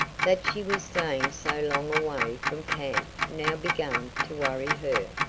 that she was staying so long away from camp now began to worry her.